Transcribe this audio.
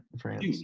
France